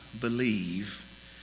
believe